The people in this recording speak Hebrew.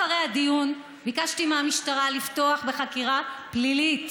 אחרי הדיון ביקשתי מהמשטרה לפתוח בחקירה פלילית